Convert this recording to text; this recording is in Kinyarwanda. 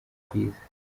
rwiza